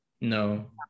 no